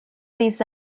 des